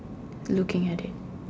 looking at the